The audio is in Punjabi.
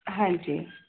ਹਾਂਜੀ